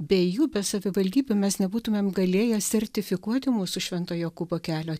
be jų be savivaldybių mes nebūtumėm galėję sertifikuoti mūsų švento jokūbo kelio